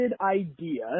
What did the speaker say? idea